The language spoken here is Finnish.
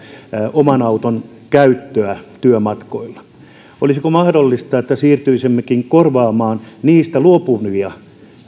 oman auton käyttöä työmatkoilla olisiko mahdollista että siirtyisimmekin korvaamaan niistä luopuvia